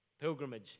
pilgrimage